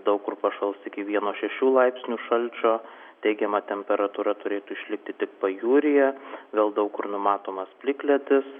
daug kur pašals iki vieno šešių laipsnių šalčio teigiama temperatūra turėtų išlikti tik pajūryje vėl daug kur numatomas plikledis